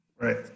right